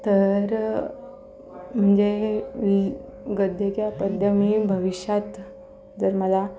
त र म्हणजे गद्य किंवा पद्य मी भविष्यात जर मला